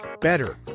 better